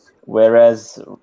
whereas